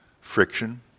friction